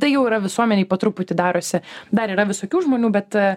tai jau yra visuomenėj po truputį darosi dar yra visokių žmonių bet